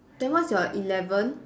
then what's your eleven